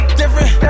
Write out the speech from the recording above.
different